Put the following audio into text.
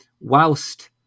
whilst